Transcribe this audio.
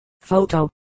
Photo